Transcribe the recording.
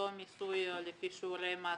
אותו מיסוי לפי שיעורי מס